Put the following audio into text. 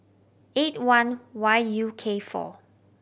eight one Y U K four